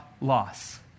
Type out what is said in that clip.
loss